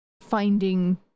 finding